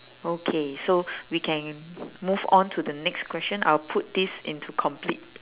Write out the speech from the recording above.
okay so we can move on to the next question I will put this into complete